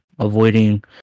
Avoiding